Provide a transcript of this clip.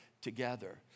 together